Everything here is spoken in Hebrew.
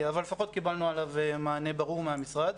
אבל לפחות קיבלנו עליו מענה ברור מהמשרד.